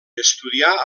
estudià